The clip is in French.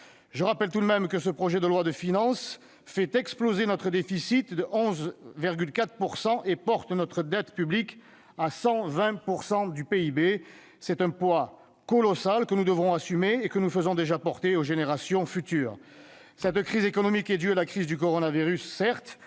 Je rappelle tout de même que le présent projet de loi fait exploser notre déficit de 11,4 % et porte notre dette publique à 120 % du PIB. C'est un poids colossal que nous devrons assumer et que nous faisons déjà supporter par les générations futures. Certes, cette crise économique est due à la crise du coronavirus, que